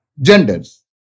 genders